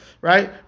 Right